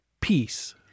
peace